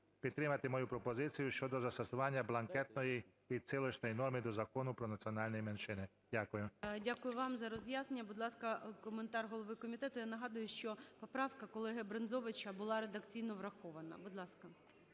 підтримати мою пропозицію щодо застосування бланкетної і цілісної норми до Закону про національні меншини. Дякую. ГОЛОВУЮЧИЙ. Дякую вам за роз'яснення. Будь ласка, коментар голови комітету. Я нагадую, що поправка колеги Брензовича була редакційно врахована. Будь ласка.